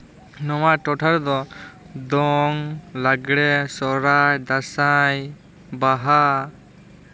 ᱱᱚᱣᱟ ᱴᱚᱴᱷᱟ ᱨᱮᱫᱚ ᱫᱚᱝ ᱞᱟᱜᱽᱲᱮ ᱥᱚᱨᱦᱟᱭ ᱫᱟᱸᱥᱟᱭ ᱵᱟᱦᱟ